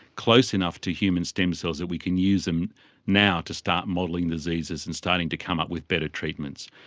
close enough to human stem cells that we can use them now to start modelling diseases and starting to come up with better treatments.